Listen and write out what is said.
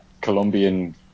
colombian